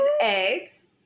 eggs